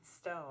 stone